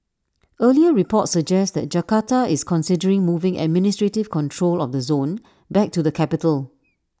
earlier reports suggest that Jakarta is considering moving administrative control of the zone back to the capital